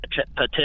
potential